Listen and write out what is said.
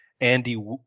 Andy